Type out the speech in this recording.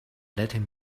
letting